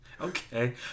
okay